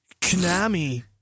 Konami